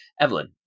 Evelyn